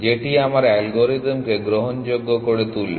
যেটি আমার অ্যালগরিদমকে গ্রহণযোগ্য করে তুলবে